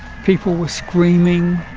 people were screaming.